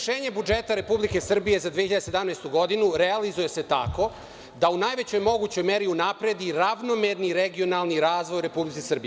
Izvršenje budžeta Republike Srbije za 2017. godinu realizuje se tako da u najvećoj mogućoj meri unapredi ravnomerni regionalni razvoj u Republici Srbiji.